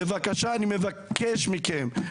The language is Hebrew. בבקשה, אני מבקש מכם.